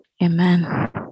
Amen